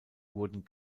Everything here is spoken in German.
wurden